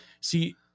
see